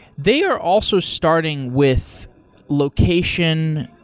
they are also starting with location,